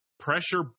pressure